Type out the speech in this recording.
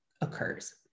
occurs